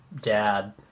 dad